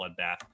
bloodbath